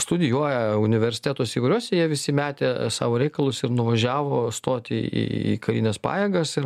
studijuoja universitetuose į kuriuos jie visi metė savo reikalus ir nuvažiavo stoti į karines pajėgas ir